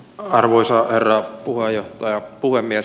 arvoisa herra puhemies